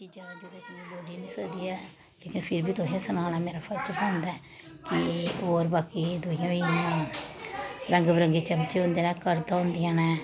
बड़ियां चीजां जेहड़ियां तुसेंगी दस्सी निं सकदी ऐ फ्ही बी तुसें गी सनाना मेरा फर्ज बनदा ऐ कि होर बाकी दुइयां होई गेइयां रंग बरंगे चमचे होंदे न कर्दां होंदियां न